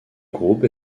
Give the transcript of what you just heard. groupe